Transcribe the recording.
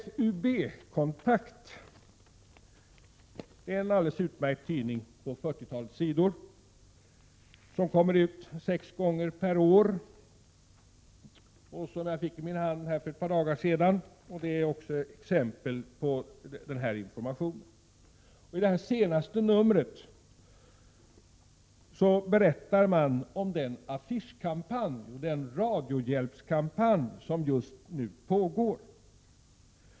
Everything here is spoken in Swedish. FUB-kontakt, en alldels utmärkt tidning på ett 40-tal sidor som kommer ut sex gånger per år, är ett exempel på denna information. I det senaste numret, som jag fick i min hand här för ett par dagar sedan, berättar man om den affischkampanj, Radiohjälpskampanjen, som just nu pågår.